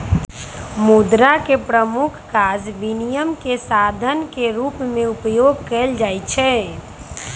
मुद्रा के प्रमुख काज विनिमय के साधन के रूप में उपयोग कयल जाइ छै